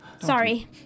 Sorry